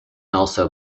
also